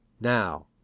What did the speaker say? Now